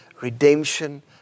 redemption